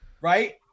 right